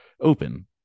open